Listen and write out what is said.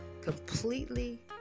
completely